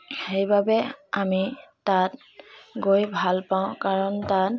সেইবাবে আমি তাত গৈ ভাল পাওঁ কাৰণ তাত